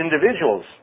individuals